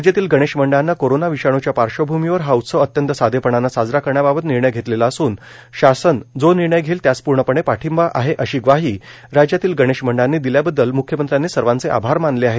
राज्यातील गणेश मंडळानं कोरोना विषाणूच्या पार्श्वभूमीवर हा उत्सव अत्यंत साधेपणानं साजरा करण्याबाबत निर्णय घेतलेला असून शासन जो निर्णय घेईल त्यास पूर्णपणे पाठिंबा आहे अशी ग्वाही राज्यातील गणेश मंडळांनी दिल्याबद्दल म्ख्यमंत्र्यांनी सर्वांचे आभार मानले आहेत